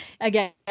again